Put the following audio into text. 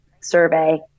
survey